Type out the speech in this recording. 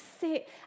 sit